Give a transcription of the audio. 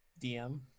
DM